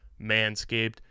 Manscaped